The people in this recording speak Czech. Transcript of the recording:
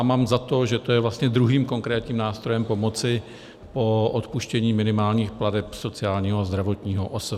Mám za to, že to je vlastně druhým konkrétním nástrojem pomoci po odpuštění minimálních plateb sociálního a zdravotního OSVČ.